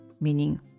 meaning